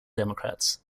democrats